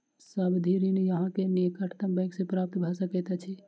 सावधि ऋण अहाँ के निकटतम बैंक सॅ प्राप्त भ सकैत अछि